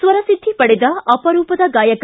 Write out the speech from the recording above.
ಸ್ವರಸಿದ್ದಿ ಪಡೆದ ಅಪರೂಪದ ಗಾಯಕ